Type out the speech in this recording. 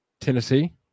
Tennessee